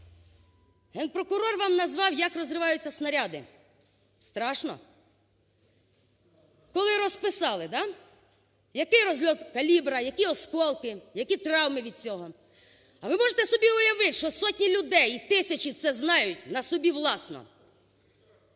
Генпрокурор вам назвав, як розриваються снаряди. Страшно? Коли розписали, да, який розльот калібру, які осколки, які травми від цього? А ви можете собі уявити, що сотні людей і тисячі це знають на собі власно.